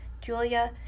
Julia